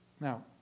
Now